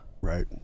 Right